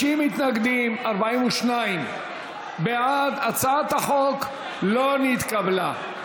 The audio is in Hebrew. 50 מתנגדים, 42 בעד, הצעת החוק לא נתקבלה.